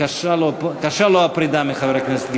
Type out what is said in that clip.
קשה לו הפרידה מחבר הכנסת גילאון.